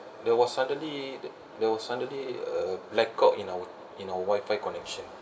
there was suddenly there was suddenly a blackout in our in our wifi connection